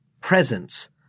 presence